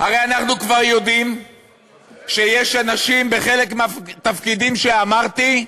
הרי אנחנו כבר יודעים שיש אנשים בחלק מהתפקידים שאמרתי,